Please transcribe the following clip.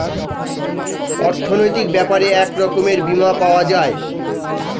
অর্থনৈতিক ব্যাপারে এক রকমের বীমা পাওয়া যায়